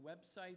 website